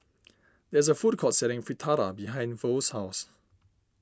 there is a food court selling Fritada behind Verl's house